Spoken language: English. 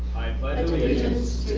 but allegiance